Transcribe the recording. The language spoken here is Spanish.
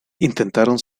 intentaron